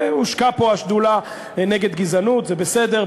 הושקה פה השדולה נגד גזענות, זה בסדר.